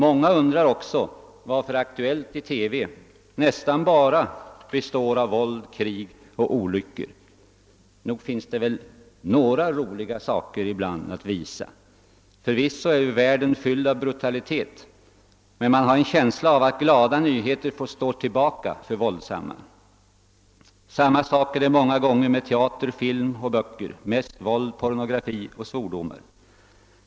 Många undrar också varför Aktuellt i TV nästan bara består av våld, krig och olyckor. Nog finns det väl några roliga saker ibland att visa? Förvisso är världen fylld av brutalitet, men man har en känsla av att glada nyheter får stå tillbaka för våldsamma. Samma sak är det många gånger med teater, film och böcker. De innehåller mest våld, pornografi och svordomar.